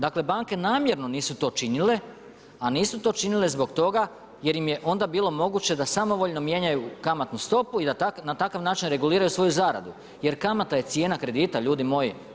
Dakle banke namjerno nisu to činile, a nisu to činile zbog toga jer im je onda bilo moguće da samovoljno mijenjaju kamatnu stopu i da na takav način reguliraju svoju zaradu jer kamata je cijena kredita ljudi moji.